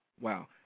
wow